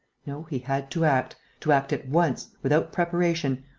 no, he had to act, to act at once, without preparation,